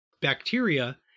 bacteria